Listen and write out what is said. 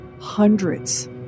hundreds